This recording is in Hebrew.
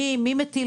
מי מטיל וטו.